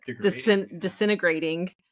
disintegrating